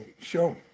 show